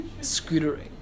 Scootering